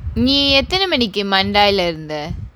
எத்தன மணிக்கு:ethana manikku mandai lah இருந்தா:iruntha